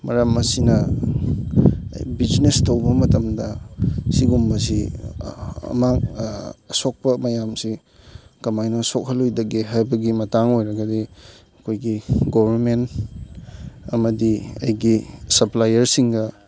ꯃꯔꯝ ꯑꯁꯤꯅ ꯕꯤꯖꯤꯅꯦꯁ ꯇꯧꯕ ꯃꯇꯝꯗ ꯁꯤꯒꯨꯝꯕꯁꯤ ꯑꯃꯥꯡ ꯑꯁꯣꯛꯄ ꯃꯌꯥꯝꯁꯤ ꯀꯃꯥꯏꯅ ꯁꯣꯛꯍꯜꯂꯣꯏꯗꯒꯦ ꯍꯥꯏꯕꯒꯤ ꯃꯇꯥꯡ ꯑꯣꯏꯔꯒꯗꯤ ꯑꯩꯈꯣꯏꯒꯤ ꯒꯣꯕꯔꯃꯦꯟ ꯑꯃꯗꯤ ꯑꯩꯒꯤ ꯁꯞꯄ꯭ꯂꯥꯏꯌꯔꯁꯤꯡꯒ